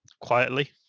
quietly